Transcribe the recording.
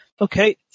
Okay